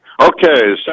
Okay